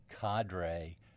cadre